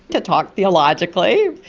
to talk theologically.